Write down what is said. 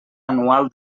anual